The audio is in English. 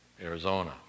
Arizona